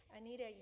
Anita